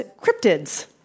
cryptids